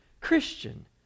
Christian